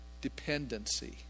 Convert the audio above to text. Dependency